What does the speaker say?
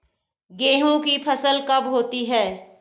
गेहूँ की फसल कब होती है?